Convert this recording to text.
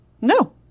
no